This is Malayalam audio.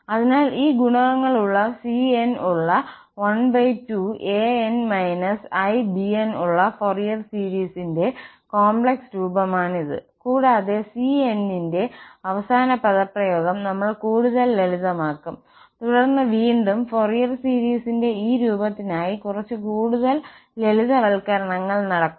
അതിനാൽ ഈ ഗുണകങ്ങളുള്ള cn ഉള്ള 12 an−i bn ഉള്ള ഫൊറിയർ സീരീസിന്റെ കോംപ്ലക്സ് രൂപമാണിത് കൂടാതെ cn ന്റെ അവസാന പദപ്രയോഗം നമ്മൾ കൂടുതൽ ലളിതമാക്കും തുടർന്ന് വീണ്ടും ഫോറിയർ സീരീസിന്റെ ഈ രൂപത്തിനായി കുറച്ച് കൂടുതൽ ലളിതവൽക്കരണങ്ങൾ നടക്കും